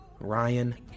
Ryan